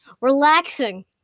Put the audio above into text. relaxing